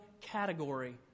category